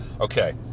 Okay